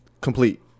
complete